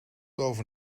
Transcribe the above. over